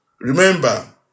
Remember